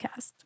Podcast